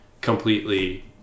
completely